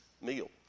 meal